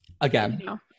again